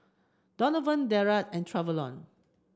Donavan Derald and Travon